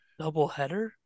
Doubleheader